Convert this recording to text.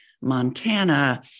Montana